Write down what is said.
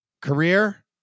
career